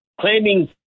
claiming